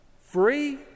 free